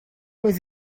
was